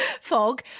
fog